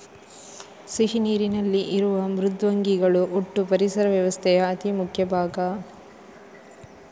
ಸಿಹಿ ನೀರಿನಲ್ಲಿ ಇರುವ ಮೃದ್ವಂಗಿಗಳು ಒಟ್ಟೂ ಪರಿಸರ ವ್ಯವಸ್ಥೆಯ ಅತಿ ಮುಖ್ಯ ಭಾಗ